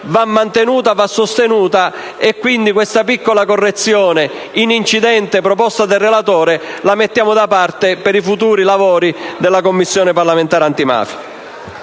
mantenuta e sostenuta, e quindi questa piccola correzione in incidente proposta dal relatore la mettiamo da parte per i futuri lavori della Commissione parlamentare antimafia.